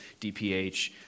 DPH